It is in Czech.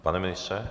Pane ministře?